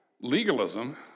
legalism